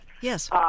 Yes